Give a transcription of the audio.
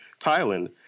Thailand